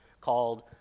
called